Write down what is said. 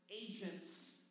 agents